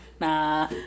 Nah